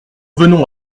venons